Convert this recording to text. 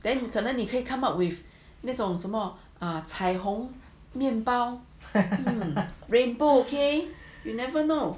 then 你可能你可以 come up with 那种什么彩虹面包 rainbow okay you'll never know